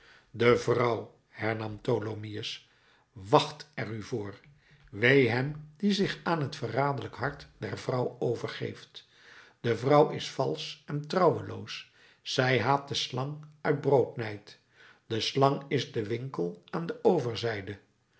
de vrouw hernam tholomyès wacht er u voor wee hem die zich aan het veranderlijk hart der vrouw overgeeft de vrouw is valsch en trouweloos zij haat de slang uit broodnijd de slang is de winkel aan de overzijde